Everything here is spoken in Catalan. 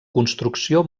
construcció